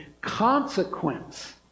consequence